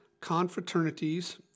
confraternities